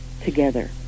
together